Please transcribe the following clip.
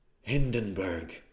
Hindenburg